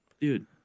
Dude